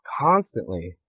constantly